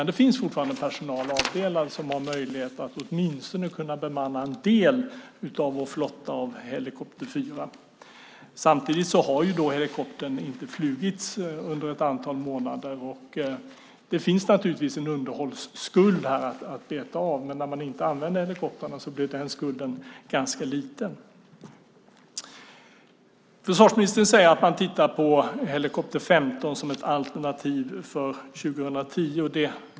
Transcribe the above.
Det finns fortfarande personal avdelad som har möjlighet att åtminstone kunna bemanna en del av vår flotta av helikopter 4. Samtidigt har helikoptern inte flugits under ett antal månader. Det finns naturligtvis en underhållsskuld att beta av, men när man inte använder helikoptrarna blir den skulden ganska liten. Försvarsministern säger att man tittar på helikopter 15 som ett alternativ för 2010.